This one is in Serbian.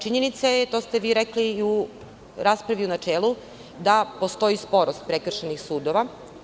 Činjenica je, to ste vi rekli i u raspravi u načelu, da postoji sporost prekršajnih sudova.